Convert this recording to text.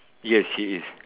yes she is